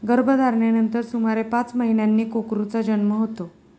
गर्भधारणेनंतर सुमारे पाच महिन्यांनी कोकरूचा जन्म होतो